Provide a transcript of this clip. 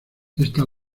esta